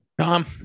Tom